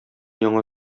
яңа